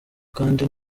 kandi